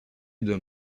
d’un